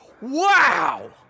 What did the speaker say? Wow